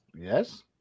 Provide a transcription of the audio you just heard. yes